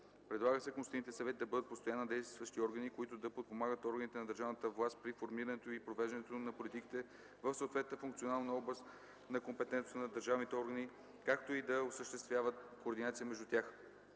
Предлага се консултативните съвети да бъдат постоянно действащи органи, които да подпомагат органите на държавната власт при формирането и провеждането на политиките в съответната функционална област на компетентност на държавните органи, както и да осъществяват координацията между тях.